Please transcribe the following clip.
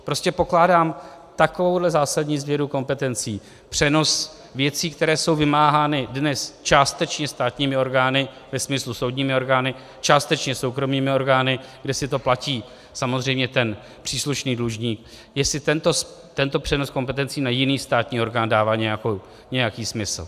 Prostě pokládám takovouhle zásadní změnu kompetencí, přenos věcí, které jsou dnes vymáhány částečně státními orgány ve smyslu soudními orgány, částečně soukromými orgány, kde si to platí samozřejmě příslušný dlužník, jestli tento přenos kompetencí na jiný státní orgán dává nějaký smysl.